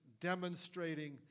demonstrating